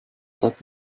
that